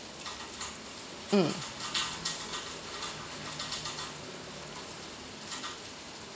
mm